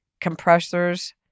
compressors